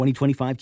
2025